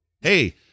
Hey